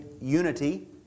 unity